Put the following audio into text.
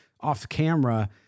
off-camera